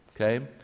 okay